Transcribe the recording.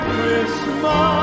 Christmas